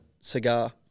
cigar